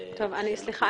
סליחה,